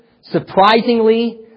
surprisingly